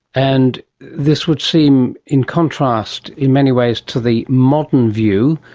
and this would seem in contrast in many ways to the modern view,